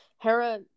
hera